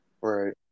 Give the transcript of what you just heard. Right